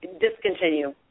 discontinue